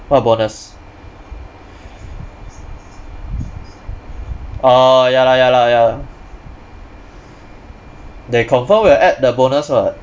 what bonus orh ya lah ya lah ya they confirm will add the bonus [what]